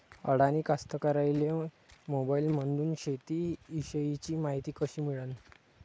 अडानी कास्तकाराइले मोबाईलमंदून शेती इषयीची मायती कशी मिळन?